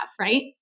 right